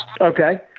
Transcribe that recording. Okay